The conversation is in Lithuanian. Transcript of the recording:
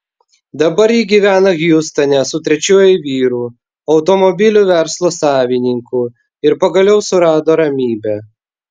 dabar ji gyvena hjustone su trečiuoju vyru automobilių verslo savininku ir pagaliau surado ramybę